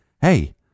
hey